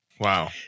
Wow